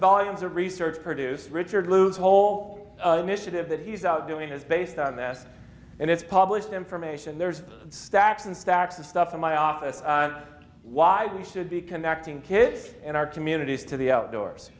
volumes of research produced richard lewis whole mission of that he's out doing is based on this and it's published information there's stacks and stacks of stuff in my office why we should be connecting kids in our communities to the outdoors